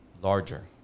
larger